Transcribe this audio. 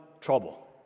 trouble